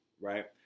right